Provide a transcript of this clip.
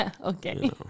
Okay